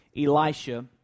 Elisha